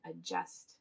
adjust